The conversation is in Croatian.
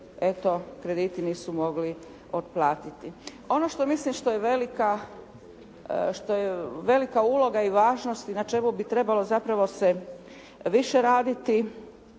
eto krediti nisu mogli otplatiti. Ono što mislim što je velika uloga i važnost i na čemu bi trebalo zapravo se više raditi,